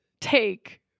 take